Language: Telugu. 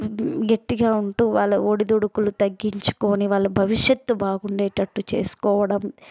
గట్టిగా ఉంటూ వాళ్ళ ఒడిదోడుకులు తగ్గించుకొని వాళ్ళ భవిష్యత్తు బాగుండేటట్టు చేసుకోవడం